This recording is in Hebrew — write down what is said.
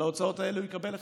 על ההוצאות האלה הוא יקבל החזר.